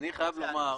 אני חייב לומר, תראי,